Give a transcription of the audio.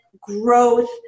growth